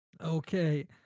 Okay